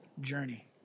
journey